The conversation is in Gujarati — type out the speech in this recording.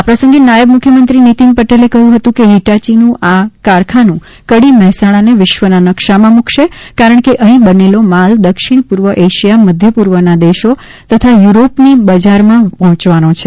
આ પ્રસંગે નાયબ મુખ્યમંત્રી નિતિન પટેલે કહ્યું હતું કે ફીટાચીનું આ કારખાનું કડી મહેસાણાને વિશ્વના નકશામાં મુકશે કારણ કે અહીં બનેલો માલ દક્ષિણપુર્વ એશિયા મધ્યપૂર્વના દેશો તથા યુરોપની બજારમાં પહોંચવાનો છે